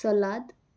salad